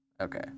okay